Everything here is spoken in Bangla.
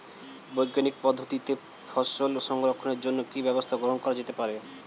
বৈজ্ঞানিক পদ্ধতিতে ফসল সংরক্ষণের জন্য কি ব্যবস্থা গ্রহণ করা যেতে পারে?